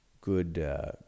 good